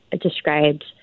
described